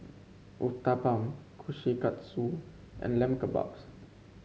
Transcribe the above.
Uthapam Kushikatsu and Lamb Kebabs